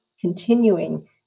continuing